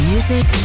Music